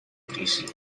crisi